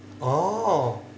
oh